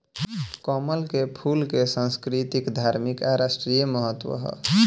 कमल के फूल के संस्कृतिक, धार्मिक आ राष्ट्रीय महत्व ह